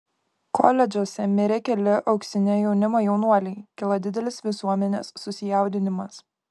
koledžuose mirė keli auksinio jaunimo jaunuoliai kilo didelis visuomenės susijaudinimas